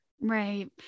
Right